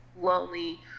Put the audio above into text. lonely